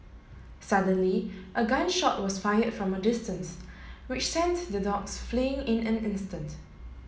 suddenly a gun shot was fired from a distance which sent the dogs fleeing in an instant